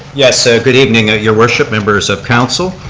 yes so good evening ah your worship, members of council.